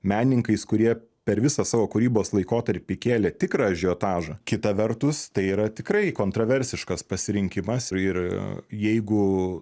menininkais kurie per visą savo kūrybos laikotarpį kėlė tikrą ažiotažą kita vertus tai yra tikrai kontroversiškas pasirinkimas ir jeigu